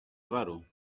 raro